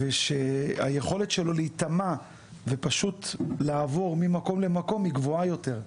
וכשהיכולת שלו להיטמע ופשוט לעבור ממקום למקום היא גבוהה יותר.